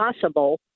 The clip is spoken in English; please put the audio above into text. possible